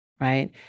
right